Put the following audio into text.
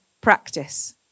practice